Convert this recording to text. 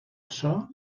açò